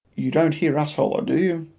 you don't hear us holler, do you?